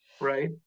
Right